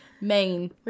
main